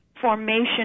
formation